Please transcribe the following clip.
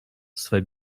swe